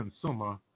consumer